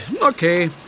Okay